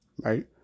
right